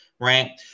right